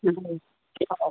ନାହିଁ ଛାଡ଼